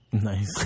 nice